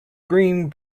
green